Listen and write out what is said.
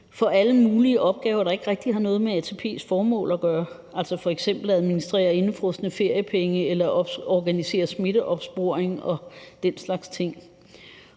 for alle mulige opgaver, der ikke rigtig har noget med ATP's formål at gøre, altså f.eks. at administrere indefrosne feriepenge eller organisere smitteopsporing og den slags ting.